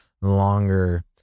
longer